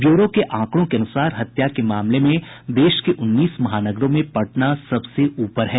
bureau के आंकड़ों के अनुसार हत्या के मामले में देश के उन्नीस महानगरों में पटना सबसे ऊपर है